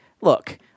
look